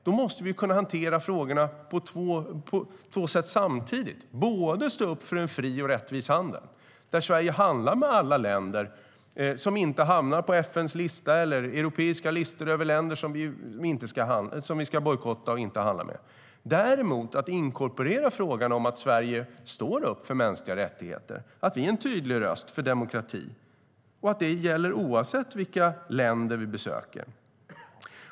Vi måste kunna hantera frågorna på två sätt samtidigt - både stå upp för en fri och rättvis handel där Sverige handlar med alla länder som inte hamnar på FN:s lista eller europeiska listor över länder som vi bojkottar och inte handlar med och också inkorporera frågan om att Sverige ska stå upp för mänskliga rättigheter, att vi är en tydlig röst för demokrati och att detta gäller oavsett vilka länder vi besöker.